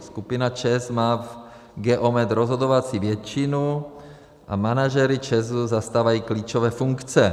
Skupina ČEZ má v Geometu rozhodovací většinu a manažeři ČEZu zastávají klíčové funkce.